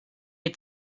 had